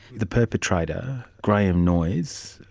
the perpetrator, graham noyes,